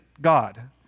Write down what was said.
God